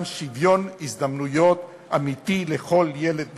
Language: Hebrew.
שוויון הזדמנויות אמיתי לכל ילד בישראל.